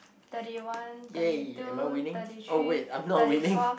thirty one thirty two thirty three thirty four